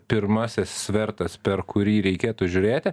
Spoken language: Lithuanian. pirmasis svertas per kurį reikėtų žiūrėti